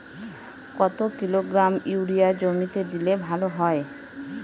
কত kilogram urea জমিতে দিলে ভালো হয়?